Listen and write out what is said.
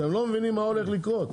אתם לא מבינים מה הולך לקרות.